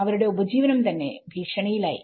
അവരുടെ ഉപജീവനം തന്നെ ഭീഷണിയിലായി